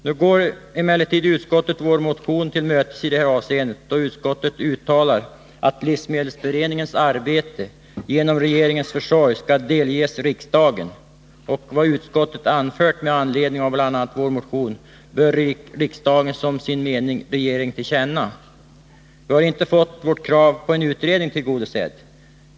Nu går emellertid utskottet vår motion till mötes i det avseendet, att utskottet uttalar att livsmedelsberedningens arbete genom regeringens försorg skall delges riksdagen och att vad utskottet anfört med anledning av bl.a. vår motion bör riksdagen som sin mening ge regeringen till känna. Vi har inte fått vårt krav på en utredning tillgodosett.